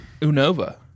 Unova